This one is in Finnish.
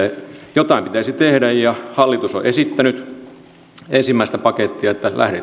jotain pitäisi tehdä ja hallitus on esittänyt ensimmäistä pakettia